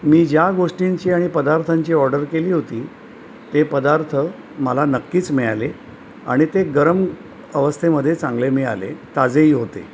मी ज्या गोष्टींची आणि पदार्थांची ऑर्डर केली होती ते पदार्थ मला नक्कीच मिळाले आणि ते गरम अवस्थेमध्ये चांगले मिळाले ताजेही होते